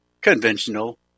conventional